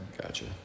Gotcha